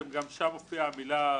- גם שם מופיעה המילה "למסור"